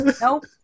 nope